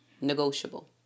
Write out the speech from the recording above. negotiable